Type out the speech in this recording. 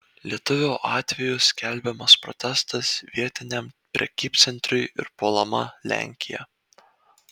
lietuvio atveju skelbiamas protestas vietiniam prekybcentriui ir puolama lenkija